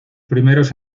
primeros